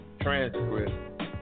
transcript